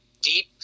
deep